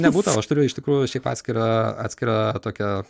ne butą o aš turiu iš tikrųjų šiaip atskirą atskirą tokią